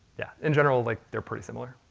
yeah, in general, like they're pretty similar.